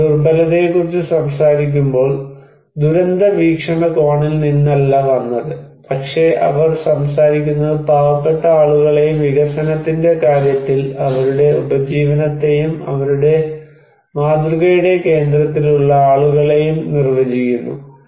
അവർ ദുർബലതയെക്കുറിച്ച് സംസാരിക്കുമ്പോൾ ദുരന്ത വീക്ഷണകോണിൽ നിന്നല്ല വന്നത് പക്ഷേ അവർ സംസാരിക്കുന്നത് പാവപ്പെട്ട ആളുകളെയും വികസനത്തിന്റെ കാര്യത്തിൽ അവരുടെ ഉപജീവനത്തെയും അവരുടെ മാതൃകയുടെ കേന്ദ്രത്തിലുള്ള ആളുകളെയും നിർവചിക്കുന്നു